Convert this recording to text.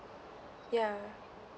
ya